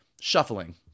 shuffling